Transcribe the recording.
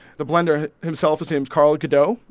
the blender himself is named karel goddeau.